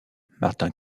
martin